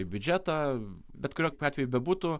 į biudžetą bet kuriuo atveju bebūtų